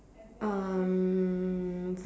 um